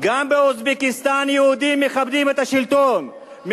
גם באוזבקיסטן יהודים מכבדים את השלטון,